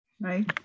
right